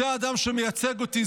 זה האדם שמייצג אותי,